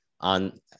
on